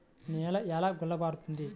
నేల ఎలా గుల్లబారుతుంది?